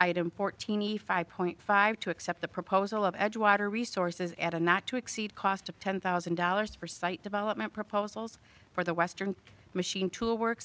i had imported a five point five to accept the proposal of edgewater resources at a not to exceed cost of ten thousand dollars for site development proposals for the western machine tool works